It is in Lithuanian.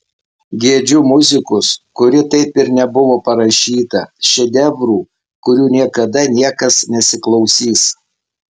gedžiu muzikos kuri taip ir nebuvo parašyta šedevrų kurių niekada niekas nesiklausys